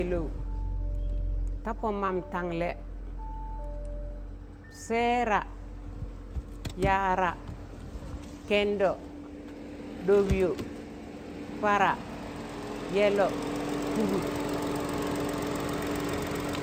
pelou tapọ mam taṇlẹ sẹẹra, yaara, kẹndo, ɗobyọ, para, yẹlo,̣ pụgụt.